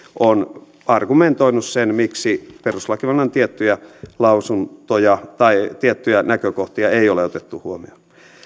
on argumentoinut sen miksi perustuslakivaliokunnan tiettyjä lausuntoja tai tiettyjä näkökohtia ei ole otettu huomioon